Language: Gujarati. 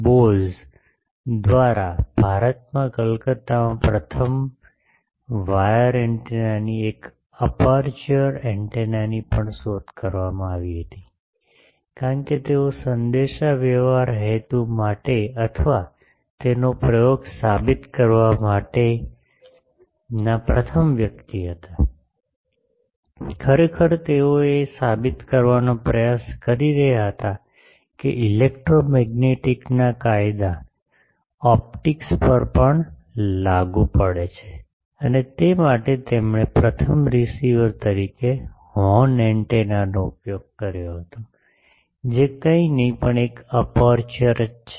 બોઝ દ્વારા ભારતમાં કલકત્તામાં પ્રથમ વાયર એન્ટેનાની એક અપેરચ્યોર એન્ટેનાની પણ શોધ કરવામાં આવી હતી કારણ કે તેઓ સંદેશાવ્યવહાર હેતુ માટે અથવા તેનો પ્રયોગ સાબિત કરવા માટેના પ્રથમ વ્યક્તિ હતા ખરેખર તેઓ એ સાબિત કરવાનો પ્રયાસ કરી રહ્યા હતા કે ઇલેક્ટ્રોમેગ્નેટિક્સના કાયદા ઓપ્ટિક્સ પર પણ લાગુ પડે છે અને તે માટે તેણે પ્રથમ રીસીવર તરીકે હોર્ન એન્ટેનાનો ઉપયોગ કર્યો હતો જે કંઇ નહીં પણ એક અપેરચ્યોર છે